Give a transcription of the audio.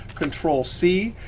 control c.